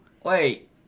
Wait